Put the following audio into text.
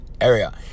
area